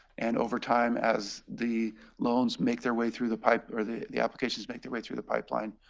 and over time, as the loans make their way through the pipe or the the applications make their way through the pipeline,